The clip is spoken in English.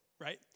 Right